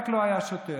רק לא היה שוטר.